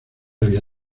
había